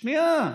שנייה.